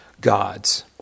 gods